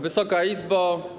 Wysoka Izbo!